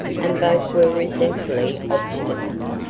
and both were resentfully obstinate.